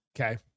Okay